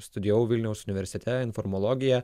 studijavau vilniaus universitete informologiją